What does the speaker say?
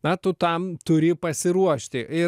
na tu tam turi pasiruošti ir